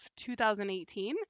2018